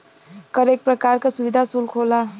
कर एक परकार का सुविधा सुल्क होला